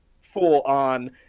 full-on